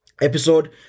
episode